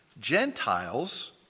Gentiles